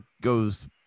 goes